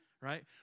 right